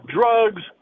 drugs